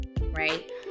right